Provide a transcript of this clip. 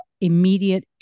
immediate